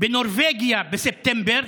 בנורבגיה, בספטמבר.